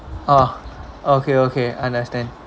ah okay okay understand